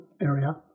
area